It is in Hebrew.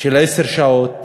של עשר שעות.